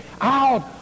out